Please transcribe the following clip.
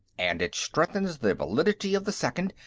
and it strengthens the validity of the second.